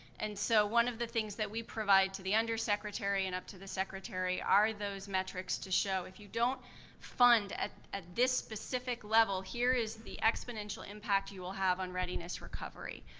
and so one of the things that we provide to the under secretary and up to the secretary are those metrics to show, if you don't fund at at this specific level, here is the exponential impact you will have on readiness recovery.